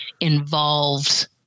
involved